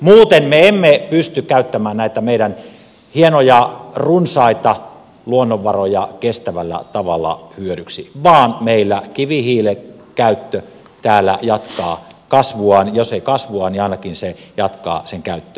muuten me emme pysty käyttämään näitä meidän hienoja runsaita luonnonvaroja kestävällä tavalla hyödyksi vaan meillä kivihiilen käyttö täällä jatkaa kasvuaan tai jos ei kasvuaan niin ainakin jatketaan sen käyttöä